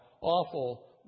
awful